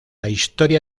historia